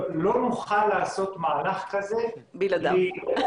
לא נוכל לעשות מהלך כזה בלעדיהם.